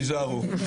תיזהרו.